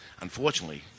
Unfortunately